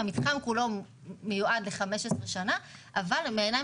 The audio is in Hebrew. המתחם כולו מיועד ל-15 שנה אבל בעיניים